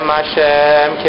Hashem